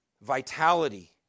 vitality